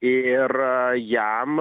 ir jam